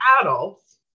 adults